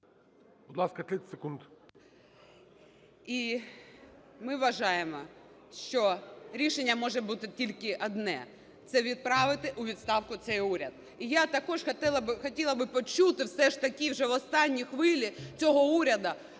Будь ласка, 30 секунд.